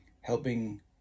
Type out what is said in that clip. helping